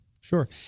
Sure